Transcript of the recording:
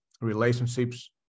relationships